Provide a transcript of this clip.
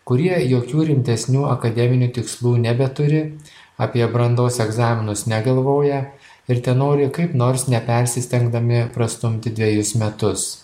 kurie jokių rimtesnių akademinių tikslų nebeturi apie brandos egzaminus negalvoja ir tenori kaip nors nepersistengdami prastumti dvejus metus